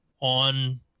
on